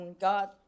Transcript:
God